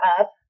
up